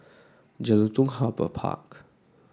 Jelutung Harbour Park